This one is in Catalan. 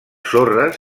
sorres